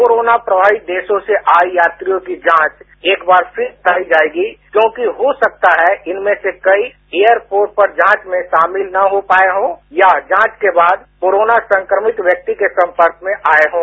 corona प्रभावित देशों से आये यात्रियों की जांच एक बार फिर कराई जायेगी क्योंकि हो सकता है कि इनमें से कई एयरफोर्स पर जांच में शामिल न हो पाये हों या जांच के बाद कोरोमा संक्रमित व्यक्ति के संपर्क में आये हों